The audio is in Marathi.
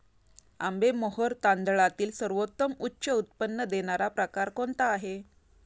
आंबेमोहोर तांदळातील सर्वोत्तम उच्च उत्पन्न देणारा प्रकार कोणता आहे?